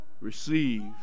receive